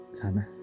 sana